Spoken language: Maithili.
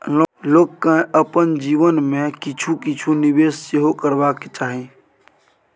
लोककेँ अपन जीवन मे किछु किछु निवेश सेहो करबाक चाही